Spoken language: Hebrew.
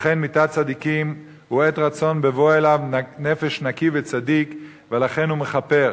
וכך מיתת צדיקים היא עת רצון בבוא אליו נפש נקי וצדיק ולכן הוא מכפר".